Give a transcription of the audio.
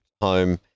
home